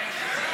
כן.